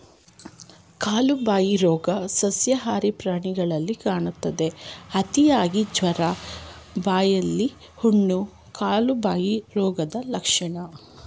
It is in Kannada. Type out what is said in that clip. ಕಾಲುಬಾಯಿ ರೋಗ ಸಸ್ಯಾಹಾರಿ ಪ್ರಾಣಿಲಿ ಕಾಣಿಸ್ತದೆ, ಅತಿಯಾದ ಜ್ವರ, ಬಾಯಿಲಿ ಹುಣ್ಣು, ಕಾಲುಬಾಯಿ ರೋಗದ್ ಲಕ್ಷಣ